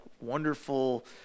wonderful